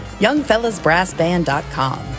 Youngfellasbrassband.com